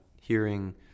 hearing